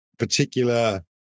Particular